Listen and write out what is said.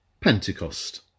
Pentecost